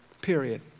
Period